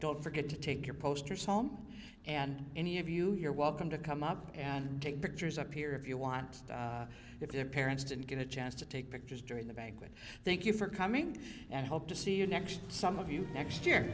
don't forget to take your posters home and any of you you're welcome to come up and take pictures up here if you want if their parents didn't get a chance to take pictures during the banquet thank you for coming and hope to see you next